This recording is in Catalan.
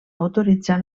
autoritzar